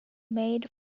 made